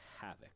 Havoc